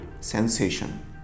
sensation